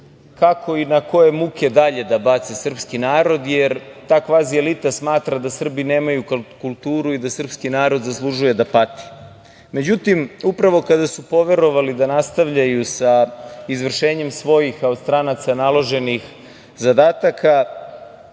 kako i na koje muke dalje da bace srpski narod, jer ta kvazi elita smatra da Srbi nemaju kulturu i da srpski narod zaslužuje da pati. Međutim, upravo kada su poverovali da nastavljaju sa izvršenjem svojih, a od stranaca naloženih zadataka,